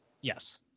Yes